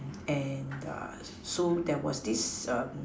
and the so there was this um